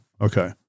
Okay